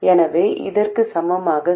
எனவே மீண்டும் இதைச் செய்ய பல வழிகள் உள்ளன